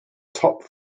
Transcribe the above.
top